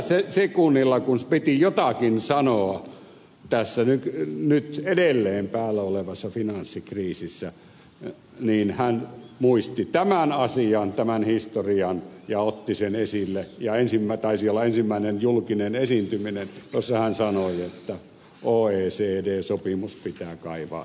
sillä sekunnilla kun piti jotakin sanoa tässä nyt edelleen päällä olevassa finanssikriisissä hän muisti tämän asian tämän historian ja otti sen esille ja taisi olla ensimmäinen julkinen esiintyminen jossa hän sanoi että oecd sopimus pitää kaivaa esille